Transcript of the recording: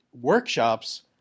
workshops